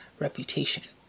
reputation